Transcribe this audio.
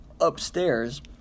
upstairs